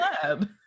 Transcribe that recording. club